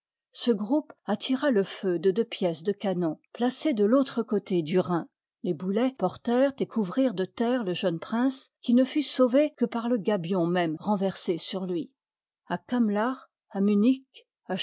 ce groupe attira le feu de deux pièces de canon placées de l'autre côté du rhin les boulets portèrent et couvrirent de terre le jeune prince qui ne fut sauvé que par le gabion même renversé sur lui a kamlach à munich